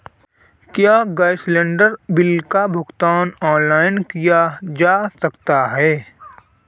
क्या gas cylinder bill का भुगतान ऑनलाइन किया जा सकता है?